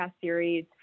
Series